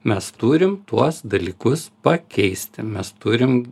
mes turim tuos dalykus pakeisti mes turim